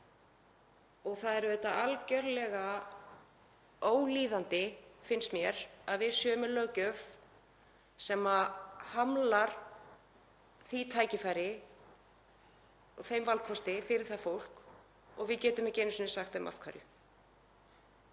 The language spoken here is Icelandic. Það er auðvitað algerlega ólíðandi, finnst mér, að við séum með löggjöf sem hamlar því tækifæri, þeim valkosti, fyrir það fólk og við getum ekki einu sinni sagt því af hverju.